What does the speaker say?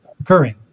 occurring